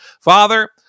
father